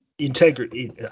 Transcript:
Integrity